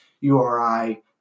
URI